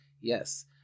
Yes